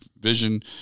vision